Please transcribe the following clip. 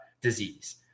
disease